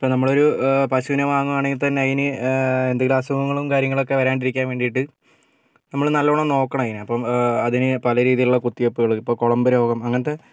ഇപ്പോൾ നമ്മൾ ഒരു പശുവിനെ വാങ്ങുകയാണെങ്കിൽ തന്നെ അതിന് എന്തെങ്കിലും അസുഖങ്ങളും കാര്യങ്ങളൊക്കെ വരാണ്ടിരിക്കാൻ വേണ്ടിയിട്ട് നമ്മൾ നല്ലവണ്ണം നോക്കണം അതിനെ ഇപ്പം അതിനെ പല രീതിയിലുള്ള കുത്തിവെപ്പുകൾ ഇപ്പോൾ കുളമ്പുരോഗം അങ്ങനത്തെ